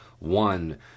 One